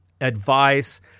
advice